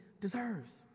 deserves